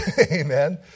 Amen